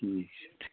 ٹھیٖک چھِ